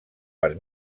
per